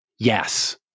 Yes